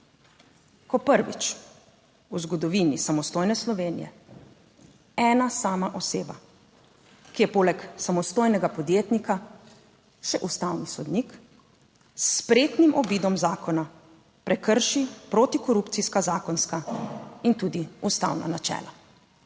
ko prvič v zgodovini samostojne Slovenije ena sama oseba, ki je poleg samostojnega podjetnika še ustavni sodnik s spretnim obidom zakona prekrši protikorupcijska zakonska in tudi ustavna načela.2.